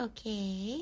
Okay